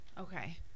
Okay